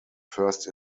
first